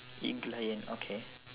eaglion okay